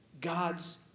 God's